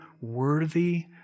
worthy